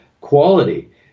quality